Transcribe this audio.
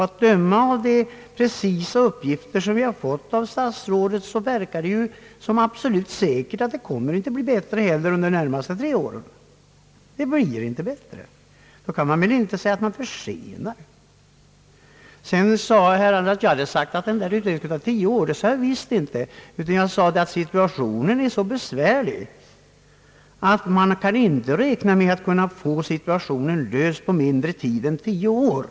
Att döma av de uppgifter som vi fått av statsrådet verkar det absolut säkert att det inte heller kommer att bli bättre under de närmaste tre åren. Det blir inte bättre, och då kan man väl inte säga att man försenar. Herr Andersson påstod att jag hade sagt ait utredningen skulle ta tio år. Det har jag visst inte sagt, utan jag sade att situationen är så besvärlig att man inte kan räkna med att få den löst på mindre än tio år.